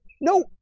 No